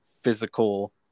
physical